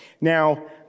Now